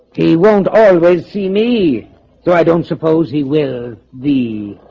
he won't always see me so i don't suppose he will thee